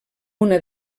una